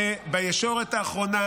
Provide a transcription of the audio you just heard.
שבישורת האחרונה,